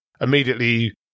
immediately